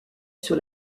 sur